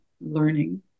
learning